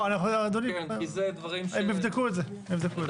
כי זה דברים --- הם יבדקו את זה.